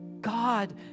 God